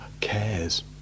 cares